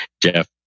Jeff